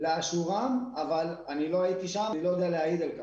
אבל לא הייתי שם ואני לא יודע להעיד על כך.